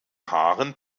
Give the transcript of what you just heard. haaren